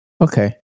Okay